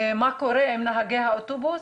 על מה קורה עם נהגי האוטובוס,